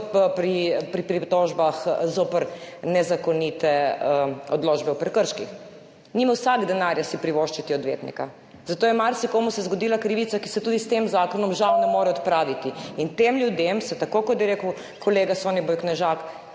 pri pritožbah zoper nezakonite odločbe o prekrških. Nima vsak denarja privoščiti si odvetnika. Zato se je marsikomu zgodila krivica, ki se tudi s tem zakonom žal ne more odpraviti. Tem ljudem se, tako kot je rekel kolega Soniboj Knežak,